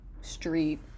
street